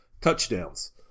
touchdowns